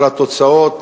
אבל התוצאות